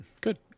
Good